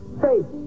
faith